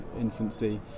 infancy